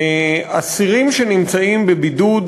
אסירים שנמצאים בבידוד,